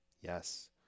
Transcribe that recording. Yes